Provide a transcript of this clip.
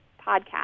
podcast